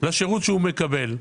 לשירות שאנחנו מקבלים?